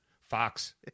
Fox